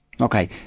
Okay